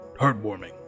heartwarming